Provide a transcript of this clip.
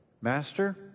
Master